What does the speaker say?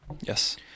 Yes